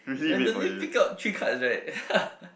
randomly pick up three cards right